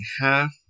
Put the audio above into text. half